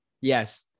yes